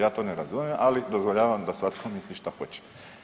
Ja to ne razumijem, ali dozvoljavam da svatko misli šta hoće.